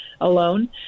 alone